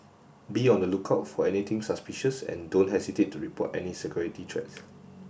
be on the lookout for anything suspicious and don't hesitate to report any security threats